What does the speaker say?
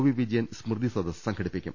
V Vijayan സ്മൃതിസദസ്സ് സംഘടിപ്പി ക്കും